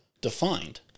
defined